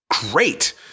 great